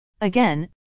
Again